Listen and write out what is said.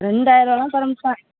ரெண்டாயிரூவாலாம் தரமாட்டேன்